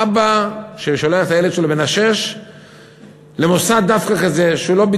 אבא ששולח את הילד שלו בן השש למוסד כזה דווקא,